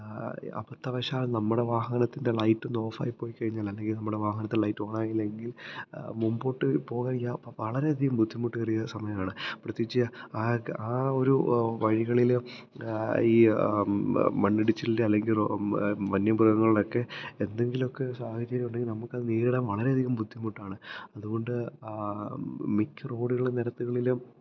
അബദ്ധവശാൽ നമ്മുടെ വാഹനത്തിന്റെ ലൈറ്റൊന്ന് ഓഫായി പോയിക്കഴിഞ്ഞാല് അല്ലെങ്കില് നമ്മുടെ വാഹനത്തെ ലൈറ്റോണായില്ലെങ്കില് മുമ്പോട്ട് പോകാന് ഇല്ല വളരെയധികം ബുദ്ധിമുട്ടേറിയ സമയമാണ് പ്രത്യേകിച്ച് ആ ആ ഒരു വഴികളില് ഈ മണ്ണിടിച്ചിലില് അല്ലെങ്കില് വന്യമൃഗങ്ങളുടെ ഒക്കെ എന്തെങ്കിലും ഒക്കെ ഒരു സാഹചര്യം ഉണ്ടെങ്കിൽ നമുക്കത് നേരിടാന് വളരെയധികം ബുദ്ധിമുട്ടാണ് അതുകൊണ്ട് മിക്ക റോഡുകളുടെ നിരത്തുകളിലും